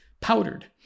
powdered